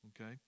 okay